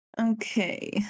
Okay